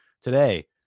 today